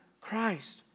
Christ